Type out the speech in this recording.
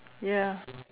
ya